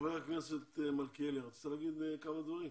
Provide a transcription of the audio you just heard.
חבר הכנסת מלכיאלי, רצית להגיד כמה דברים?